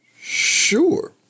Sure